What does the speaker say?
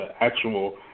actual